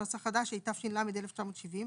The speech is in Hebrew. התש"ל-1970,